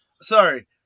Sorry